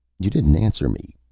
you didn't answer me.